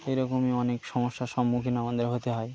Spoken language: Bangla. এই রকমই অনেক সমস্যার সম্মুখীন আমাদের হতে হয়